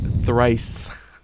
Thrice